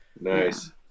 nice